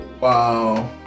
Wow